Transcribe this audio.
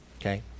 Okay